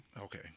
Okay